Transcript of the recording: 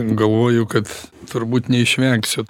galvoju kad turbūt neišvengsiu